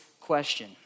question